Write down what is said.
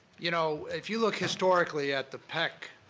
you know, if you look historically at the pec,